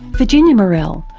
virginia morell,